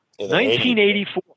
1984